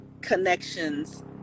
connections